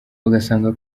bagasanga